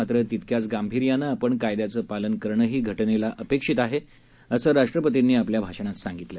मात्र तितक्याच गांभिर्यानं आपण कायद्याचं पालन करणंही घटनेला अपेक्षित आहे असं राष्ट्रपतींनी आपल्या भाषणात सांगितलं